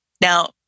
Now